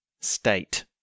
state